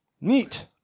Neat